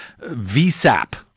VSAP